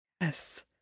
yes